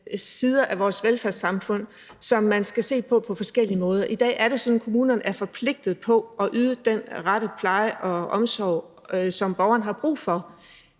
sider af vores velfærdssamfund, som man skal se på på forskellige måder. I dag er det sådan, at kommunerne er forpligtede på at yde den rette pleje og omsorg, som borgeren har brug for.